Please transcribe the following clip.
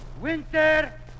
winter